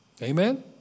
Amen